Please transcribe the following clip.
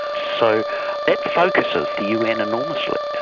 so that focuses the un enormously.